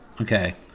okay